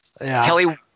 Kelly